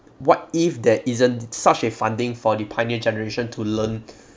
what if there isn't such a funding for the pioneer generation to learn